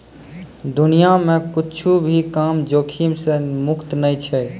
दुनिया मे कुच्छो भी काम जोखिम से मुक्त नै छै